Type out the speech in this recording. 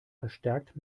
verstärkt